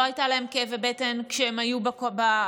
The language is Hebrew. לא היו להם כאבי בטן כשהם היו באופוזיציה,